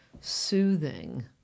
Soothing